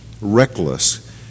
Reckless